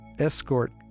escort